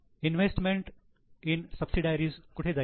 investment in subsidiaries कुठे जाईल